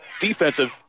defensive